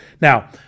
Now